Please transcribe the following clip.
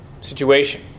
situation